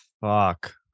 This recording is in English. Fuck